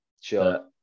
Sure